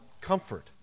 comfort